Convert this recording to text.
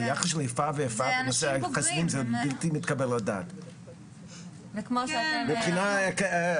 היחס של איפה ואיפה בלתי מתקבל על הדעת מבחינה אקדמית.